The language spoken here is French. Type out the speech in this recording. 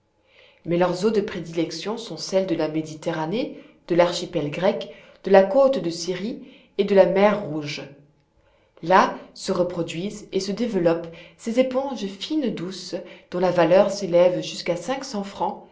mais leurs eaux de prédilection sont celles de la méditerranée de l'archipel grec de la côte de syrie et de la mer rouge là se reproduisent et se développent ces éponges fines douces dont la valeur s'élève jusqu'à cent cinquante francs